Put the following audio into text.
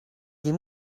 des